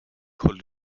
called